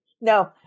No